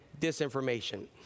disinformation